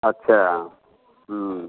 अच्छा हूँ